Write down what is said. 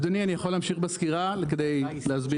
אדוני אני יכול להמשיך בסקירה כדי להסביר?